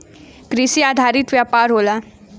कृषि आधारित व्यापार होला